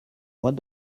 what